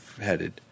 headed